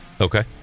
Okay